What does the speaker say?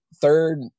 third